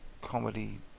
comedy